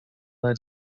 led